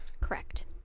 Correct